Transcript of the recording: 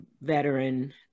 veteran